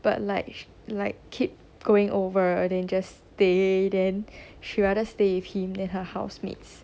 but like sh~ like keep going over other than just stay then she rather stay with him than her housemates